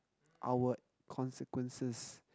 our consequences